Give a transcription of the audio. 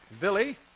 Billy